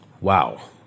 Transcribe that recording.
Wow